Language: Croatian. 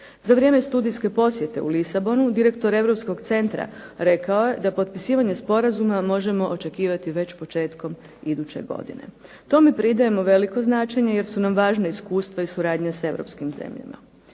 Za vrijeme studijske posjete u Lisabonu direktor Europskog centra rekao je da potpisivanje sporazuma možemo očekivati već početkom iduće godine. Tome pridajemo veliko značenje jer su nam važna iskustva i suradnja s europskim zemljama.